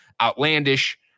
outlandish